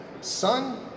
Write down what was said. son